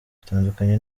bitandukanye